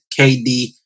KD